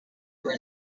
where